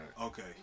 Okay